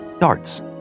darts